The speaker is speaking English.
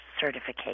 certification